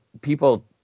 people